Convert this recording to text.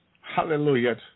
Hallelujah